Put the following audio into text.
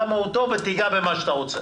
למה היא טובה ותיגע במה שאתה רוצה.